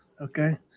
Okay